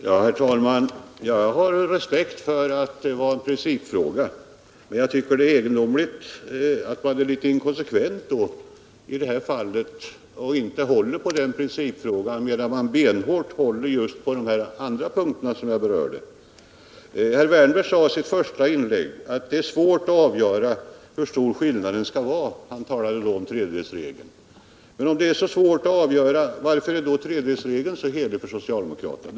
Herr talman! Jag har respekt för att det var en principfråga. Men jag tycker att man är litet inkonsekvent när man inte håller på denna princip, medan man benhårt håller på principerna när det gäller de andra punkterna som jag berörde. Herr Wärnberg sade i sitt första inlägg att det är svårt att avgöra hur stor skillnaden skall vara. Han talade då om tredjedelsregeln. Om det är så svårt att avgöra, varför är då tredjedelsregeln så helig för socialdemokraterna?